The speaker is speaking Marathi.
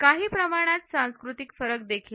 काही प्रमाणात सांस्कृतिक फरक देखील आहेत